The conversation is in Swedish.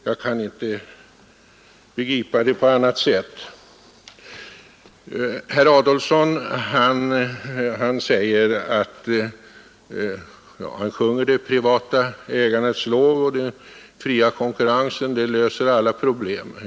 Jag kan inte förklara det på annat sätt. Herr Adolfsson sjunger det privata ägandets lov och säger att den fria konkurrensen löser alla problem.